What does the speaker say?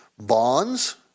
bonds